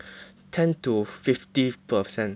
ten to fifty percent